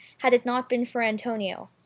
had it not been for antonio.